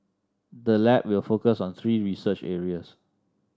the lab will focus on three research areas